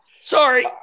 Sorry